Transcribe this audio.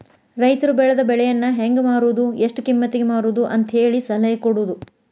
ರೈತರು ಬೆಳೆದ ಬೆಳೆಯನ್ನಾ ಹೆಂಗ ಮಾರುದು ಎಷ್ಟ ಕಿಮ್ಮತಿಗೆ ಮಾರುದು ಅಂತೇಳಿ ಸಲಹೆ ಕೊಡುದು